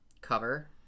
cover